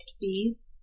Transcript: bees